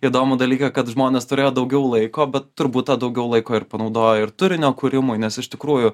įdomų dalyką kad žmonės turėjo daugiau laiko bet turbūt tą daugiau laiko ir panaudojo ir turinio kūrimui nes iš tikrųjų